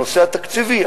הנושא התקציבי,